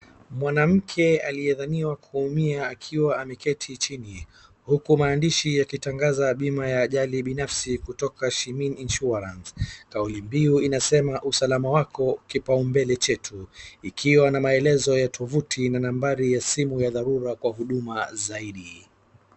Mwanamke aliyedhaniwa kuumia akiwa ameketi chini huku maandishi bima ya ajali binafsi kutoka Shimin insurance. Kauli mbiu inasema usalama wako kipao mbele chetu ikiwa na maelezo ya tovuti na nambari ya dharura kwa maelezo zaidi.